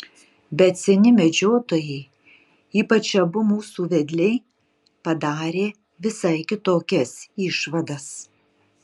bet seni medžiotojai ypač abu mūsų vedliai padarė visai kitokias išvadas